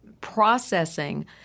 processing